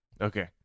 okay